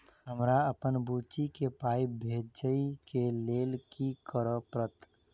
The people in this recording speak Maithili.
हमरा अप्पन बुची केँ पाई भेजइ केँ लेल की करऽ पड़त?